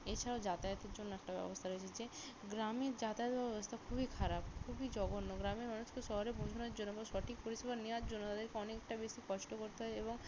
এছাড়াও যাতায়াতের জন্য একটা ব্যবস্থা রয়েছে যে গ্রামের যাতায়াত ব্যবস্থা খুবই খারাপ খুবই জঘন্য গ্রামের মানুষকে শহরে পৌঁছানোর জন্য বা সঠিক পরিষেবা নেওয়ার জন্য তাদেরকে অনেকটা বেশি কষ্ট করতে হয় এবং